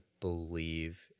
believe